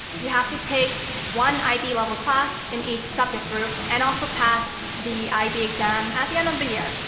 you have to take one ib level class in each subject group and also pass the ib exam at the end of the year.